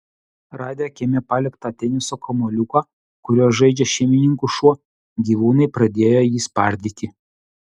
radę kieme paliktą teniso kamuoliuką kuriuo žaidžia šeimininkų šuo gyvūnai pradėjo jį spardyti